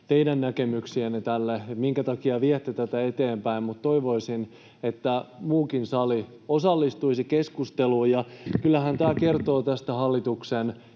teidän näkemyksiänne, minkä takia viette tätä eteenpäin, mutta toivoisin, että muukin sali osallistuisi keskusteluun. Kyllähän tämä kertoo tästä hallituksen